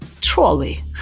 trolley